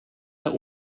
der